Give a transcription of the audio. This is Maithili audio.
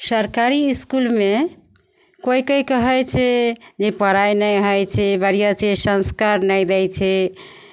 सरकारी इसकुलमे कोइ कोइ कहै छै जे पढ़ाइ नहि होइ छै बढ़िआँसे सँस्कार नहि दै छै